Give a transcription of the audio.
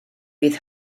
bydd